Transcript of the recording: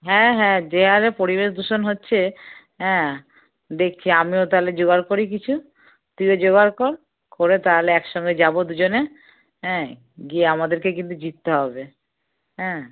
হ্যাঁ হ্যাঁ যে হারে পরিবেশ দূষণ হচ্ছে হ্যাঁ দেখছি আমিও তাহলে জোগাড় করি কিছু তুইও জোগাড় কর করে তাহলে একসঙ্গে যাবো দুজনে হ্যাঁ গিয়ে আমাদেরকে কিন্তু জিততে হবে হ্যাঁ